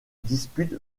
dispute